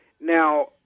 Now